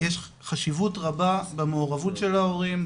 יש חשיבות רבה במעורבות של ההורים,